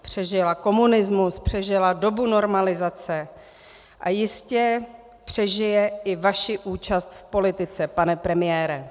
Přežila komunismus, přežila dobu normalizace a jistě přežije i vaši účast v politice, pane premiére.